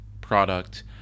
product